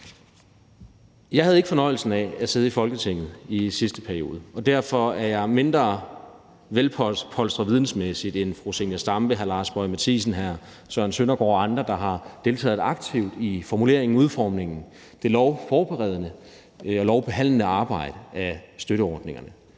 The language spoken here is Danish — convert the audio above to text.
Jeg havde ikke fornøjelsen af at sidde i Folketinget i sidste periode, og derfor er jeg mindre velpolstret vidensmæssigt end fru Zenia Stampe, hr. Lars Boje Mathiesen, hr. Søren Søndergaard og andre, der har deltaget aktivt i formuleringen og udformningen af støtteordningerne i det lovforberedende og lovbehandlende arbejde. Det påligger